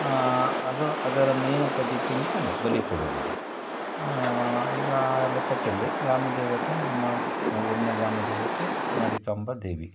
ಅದು ಅದರ ಮೇನ್ ಪದ್ಧತಿ ಅಂದರೆ ಅದೇ ಬಲಿ ಕೊಡುವುದು ಈಗ ಲೆಕ್ಕದಲ್ಲಿ ಗ್ರಾಮದೇವತೆ ನಮ್ಮ ಊರಿನ ಗ್ರಾಮದೇವತೆ ಮಾರಿಕಾಂಬ ದೇವಿ